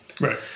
Right